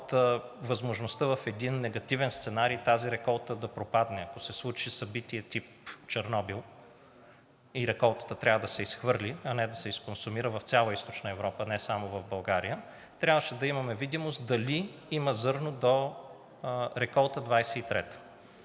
от възможността в един негативен сценарий тази реколта да пропадне, ако се случи събитие тип Чернобил и реколтата трябва да се изхвърли, а не да се изконсумира в цяла Източна Европа – не само в България, трябваше да имаме видимост дали има зърно до реколта 2023